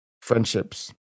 friendships